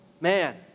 man